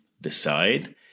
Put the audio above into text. decide